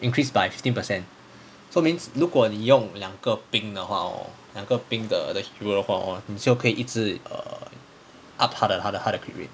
increased by fifteen percent so means 如果你用两个冰的话 hor 两个冰的的 jewel 的话 hor 你就可以一直 err up 他的他的 crit rate